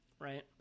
right